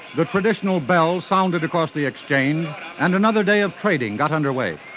the traditional bells sounded across the exchange and another day of trading got under away.